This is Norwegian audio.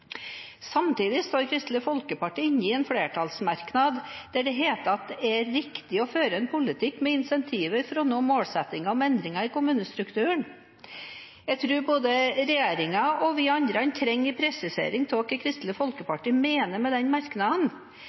Samtidig står Kristelig Folkeparti inne i en flertallsmerknad der det heter at det er «riktig å føre en politikk med insentiver» for å nå målsettingen om endringer i kommunestrukturen. Jeg tror både regjeringen og vi andre trenger en presisering av hva Kristelig Folkeparti mener med den merknaden.